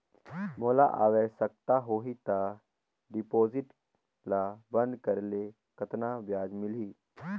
मोला आवश्यकता होही त डिपॉजिट ल बंद करे ले कतना ब्याज मिलही?